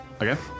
Okay